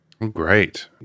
Great